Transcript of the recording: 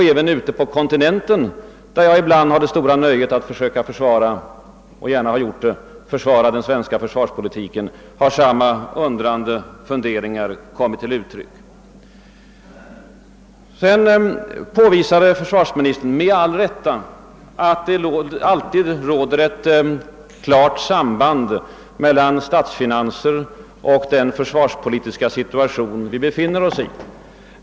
även på kontinenten, där jag ibland har försvarat — och gärna har gjort det — den svenska försvarspolitiken har samma funderingar kommit till uttryck. Försvarsministern påvisade med all rätt att det alltid råder ett klart samband mellan statens finanser och den försvarspolitiska situation som vi befinner oss i.